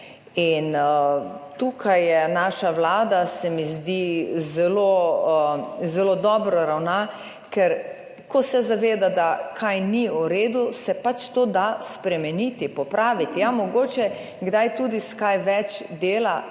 in tukaj je naša vlada se mi zdi zelo zelo dobro ravna. Ker, ko se zaveda da kaj ni v redu se pač to, da spremeniti, popraviti ja mogoče kdaj tudi s kaj več dela